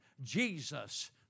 Jesus